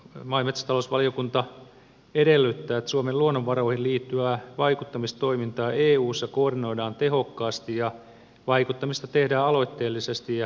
maa ja metsätalousvaliokunta edellyttää että suomen luonnonvaroihin liittyvää vaikuttamistoimintaa eussa koordinoidaan tehokkaasti ja vaikuttamista tehdään aloitteellisesti ja organisoidusti